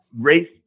Race